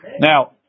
Now